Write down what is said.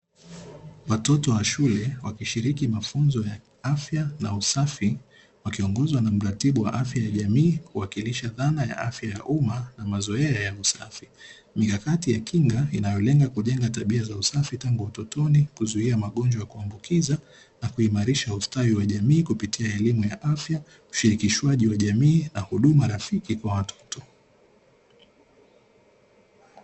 Watoto wa shule wakishiriki mafunzo ya afya na usafi wakiongozwa na mratibu wa afya ya jamii kuwakilisha dhana ya afya ya uma na mazoea ya usafi. Mikakati ya kinga inayolenga kujenga tabia za usafi tangu utotoni, kuzuia magonjwa ya kuambukiza na kuimarisha ustawi wa jamii kupitia elimu ya afya, ushirikishwaji wa jamii na huduma rafiki kwa watoto.